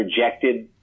rejected